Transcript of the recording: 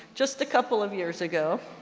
just a couple of years ago,